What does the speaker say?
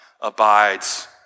abides